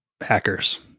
hackers